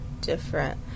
Different